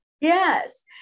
yes